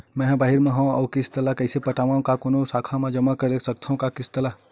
मैं हा बाहिर मा हाव आऊ किस्त ला कइसे पटावव, का कोनो भी शाखा मा जमा कर सकथव का किस्त ला?